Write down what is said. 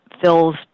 fills